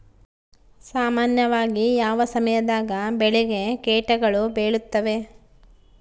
ಸಾಮಾನ್ಯವಾಗಿ ಯಾವ ಸಮಯದಾಗ ಬೆಳೆಗೆ ಕೇಟಗಳು ಬೇಳುತ್ತವೆ?